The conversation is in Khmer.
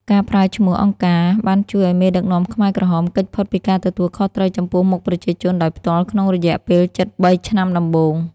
ការប្រើឈ្មោះ «អង្គការ» បានជួយឱ្យមេដឹកនាំខ្មែរក្រហមគេចផុតពីការទទួលខុសត្រូវចំពោះមុខប្រជាជនដោយផ្ទាល់ក្នុងរយៈពេលជិត ៣ ឆ្នាំដំបូង។